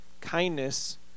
Kindness